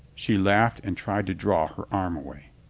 she laughed and tried to draw her arm away.